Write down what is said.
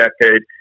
decade